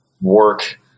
work